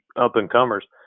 up-and-comers